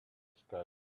sky